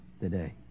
today